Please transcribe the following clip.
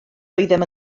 oeddem